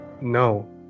No